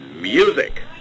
music